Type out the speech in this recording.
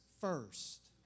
first